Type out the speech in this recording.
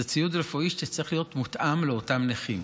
זה ציוד רפואי שצריך להיות מותאם לאותם נכים.